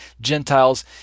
Gentiles